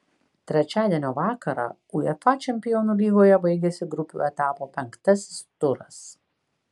trečiadienio vakarą uefa čempionų lygoje baigėsi grupių etapo penktasis turas